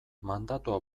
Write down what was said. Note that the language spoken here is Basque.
mandatua